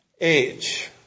age